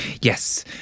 Yes